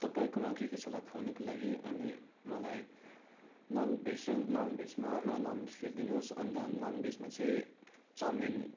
तपाईँकोमा के के छ होला खानुको लागि अनि मलाई नन् भेज र नन् भेजमा मलाई नन् भेज ल्याइ दिनुहोस् अन्त नन् भेजमा चाहिँ चौमिन